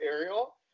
Ariel